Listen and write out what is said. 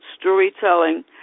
storytelling